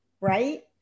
right